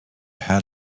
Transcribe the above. had